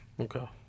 Okay